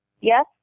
Yes